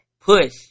push